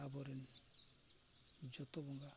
ᱟᱵᱚᱨᱮᱱ ᱡᱚᱛᱚ ᱵᱚᱸᱜᱟ